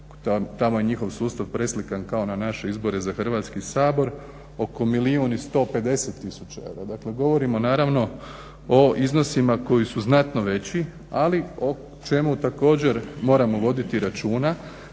tamo je njihov sustav preslikan kao na naše izbore za Hrvatski sabor oko milijun i 150 tisuća eura. Dakle govorimo naravno o iznosima koji su znatno veći ali o čemu također moramo voditi računa